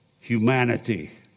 humanity